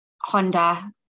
Honda